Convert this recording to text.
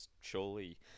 surely